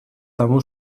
тому